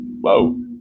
whoa